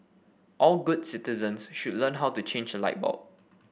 all good citizens should learn how to change a light bulb